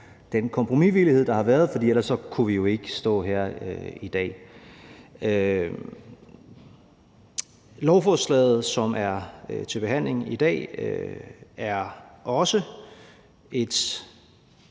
den kompromisvillighed, der har været, for ellers kunne vi jo ikke stå her i dag. Lovforslaget, som er til behandling i dag, er også et